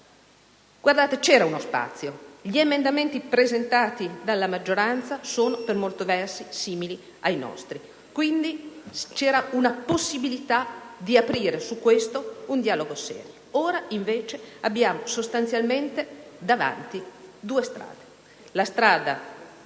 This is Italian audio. Guardate, colleghi, che uno spazio c'era: gli emendamenti presentati dalla maggioranza, per molti versi, sono simili ai nostri; quindi c'era una possibilità di aprire su questo punto un dialogo serio. Ora, invece, abbiamo sostanzialmente davanti due strade: